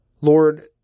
Lord